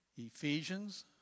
Ephesians